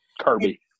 Kirby